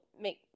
make